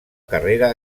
carrera